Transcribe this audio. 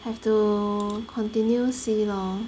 have to continue see lor